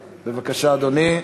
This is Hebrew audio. בבקשה, אדוני.